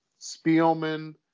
Spielman